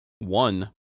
One